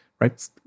right